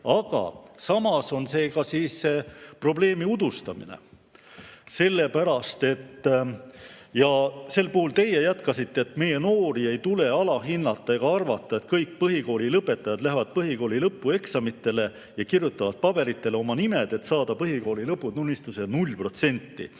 Aga samas on see ka probleemi udustamine. Teie jätkasite nii, et meie noori ei tule alahinnata ega arvata, et kõik põhikoolilõpetajad lähevad põhikooli lõpueksamitele ja kirjutavad paberile oma nime, et saada põhikooli lõputunnistusele 0%.